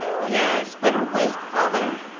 yes, better wait, father!